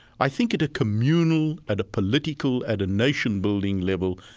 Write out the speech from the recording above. i think at a communal, at a political, at a nation-building level,